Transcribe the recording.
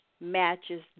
matches